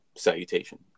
salutation